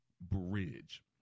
Bridge